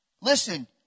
Listen